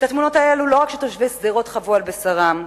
את התמונות האלו לא רק תושבי שדרות חוו על בשרם,